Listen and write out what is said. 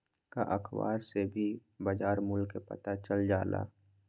का अखबार से भी बजार मूल्य के पता चल जाला?